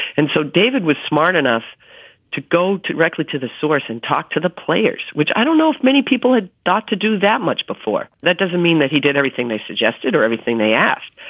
and so david was smart enough to go directly to the source and talk to the players, which i don't know if many people had thought to do that much before. that doesn't mean that he did everything they suggested or everything they asked,